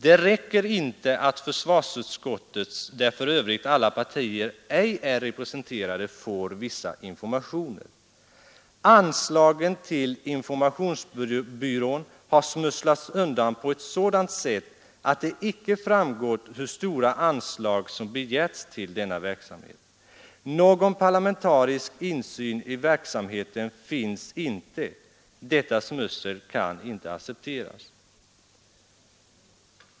Det räcker inte att försvarsutskottet, där för övrigt alla partier ej är representerade, får vissa informationer. Anslagen till informationsbyrån har smusslats undan på ett sådant sätt att det icke framgått hur stora anslag som begärts till denna verksamhet. Någon parlamentarisk insyn i verksamheten finns inte. Detta smussel kan inte accepteras.